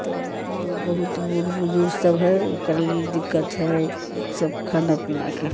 तऽ ओ बहुत बूढ़ बुजुर्ग सभ हइ ओकर लेल दिक्कत हइ सभ खाना पीनाके